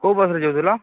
କେଉଁ ପାଖରେ ଯାଇଥିଲ